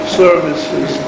services